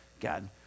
God